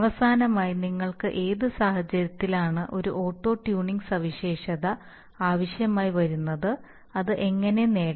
അവസാനമായി നിങ്ങൾക്ക് ഏത് സാഹചര്യത്തിലാണ് ഒരു ഓട്ടോ ട്യൂണിംഗ് സവിശേഷത ആവശ്യമായി വരുന്നത് അത് എങ്ങനെ നേടാം